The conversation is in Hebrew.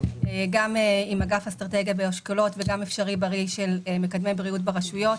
גם עם אגף אסטרטגיה באשכולות וגם "אפשרי בריא" של מקדמי בריאות ברשויות.